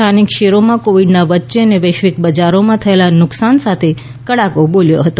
સ્થાનિક શેરોમાં કોવિડના વચ્ચે અને વૈશ્વિક બજારોમાં થયેલા નુકસાન સાથે કડાકો બોલ્યો હતો